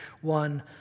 one